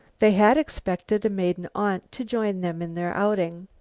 they had expected a maiden aunt to join them in their outing.